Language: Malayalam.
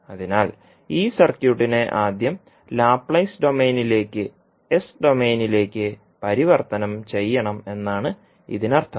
അതിനാൽ ഈ സർക്യൂട്ടിനെ ആദ്യം ലാപ്ലേസ് ഡൊമെയ്നിലേക്ക് എസ് ഡൊമെയ്നിലേക്ക് പരിവർത്തനം ചെയ്യണം എന്നാണ് ഇതിനർത്ഥം